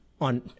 On